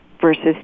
versus